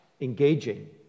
engaging